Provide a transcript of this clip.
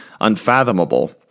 unfathomable